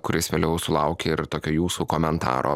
kuris vėliau sulaukė ir tokio jūsų komentaro